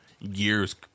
years